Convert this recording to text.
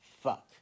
Fuck